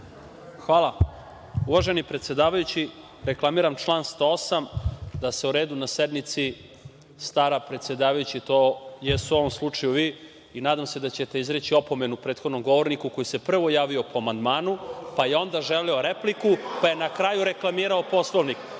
Uvaženi predsedavajući, reklamiram član 108. – o redu na sednici se stara predsedavajući, a to ste u ovom slučaju vi. Nadam se da ćete izreći opomenu prethodnom govorniku koji se prvo javio po amandmanu, pa je onda želeo repliku, pa je na kraju reklamirao Poslovnik.